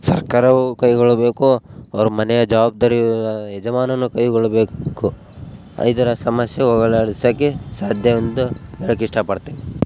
ಸರ್ಕಾರವು ಕೈಗೊಳ್ಬೇಕು ಅವರ ಮನೆಯ ಜವಾಬ್ದಾರಿ ಯಜಮಾನನು ಕೈಗೊಳ್ಬೇಕು ಇದರ ಸಮಸ್ಯೆ ಹೋಗಲಾಡಿಸೋಕೆ ಸಾಧ್ಯವೆಂದು ಹೋಳೋಕೆ ಇಷ್ಟ ಪಡ್ತೀನಿ